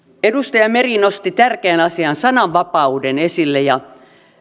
edustaja meri nosti tärkeän asian sananvapauden esille ja